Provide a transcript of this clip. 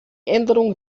änderung